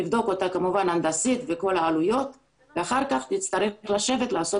נבדוק אותה כמובן הנדסית וכל העלויות ואחר כך נצטרך לשבת ולעשות